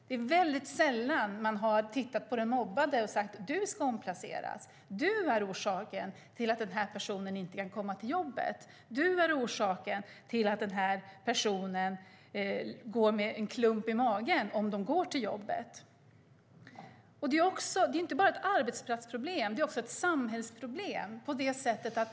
Det är sällan som man har tittat på den mobbande och sagt: Du ska omplaceras, för du är orsaken till att den här personen inte kan komma till jobbet eller går till jobbet med en klump i magen. Det här är inte bara ett arbetsplatsproblem, utan det är också ett samhällsproblem.